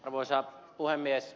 arvoisa puhemies